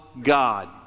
God